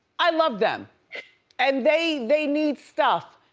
i love them and they they need stuff.